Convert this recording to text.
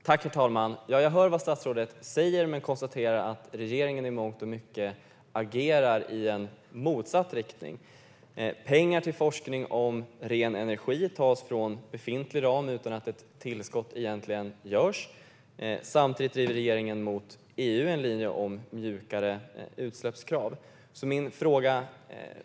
Herr talman! Jag hör vad statsrådet säger men konstaterar att regeringen i mångt och mycket agerar i motsatt riktning. Pengar till forskning om ren energi tas från befintlig ram utan att ett tillskott egentligen görs. Samtidigt driver regeringen mot EU en linje om mjukare utsläppskrav.